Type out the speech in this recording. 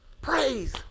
Praise